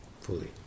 fully